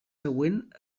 següent